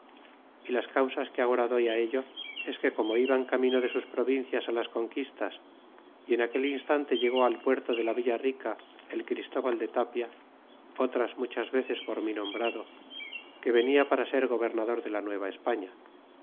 y las causas que agora doy ello es que como iban camino de sus provincias á las conquistas y en aquel instante llegó al puerto de la villa rica el christúbal de tapia otras muchas veces por mí nombrado que venia para ser gobernador de la